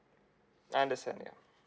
I understand ya